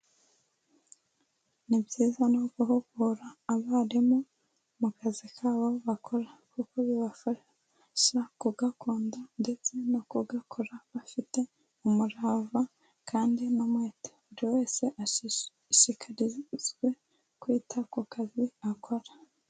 Ni byiza nu guhugura abarimu mu kazi kabo bakora kuko bibafasha kugakunda ndetse no kugakora bafite umurava kandi n'umwete buri wese ashishishikazwe kwita ku kazi akora.